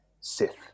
Sith